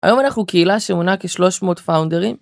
היום אנחנו קהילה שמונה כ-300 פאונדרים.